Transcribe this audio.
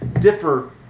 differ